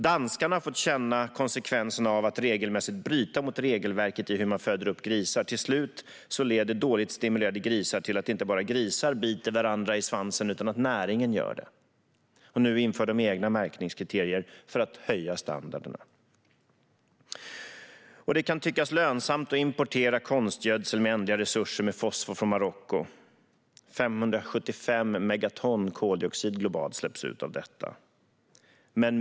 Danskarna har fått känna på konsekvenserna av att regelmässigt bryta mot regelverket för hur man föder upp grisar: Till slut leder dåligt stimulerade grisar till att inte bara grisarna biter varandra i svansen utan att näringen gör det. Nu inför danskarna egna märkningskriterier för att höja standarderna. Det kan tyckas lönsamt att importera konstgödsel, med ändliga resurser med fosfor, från Marocko. Globalt släpps 575 megaton koldioxid ut av detta.